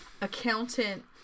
accountant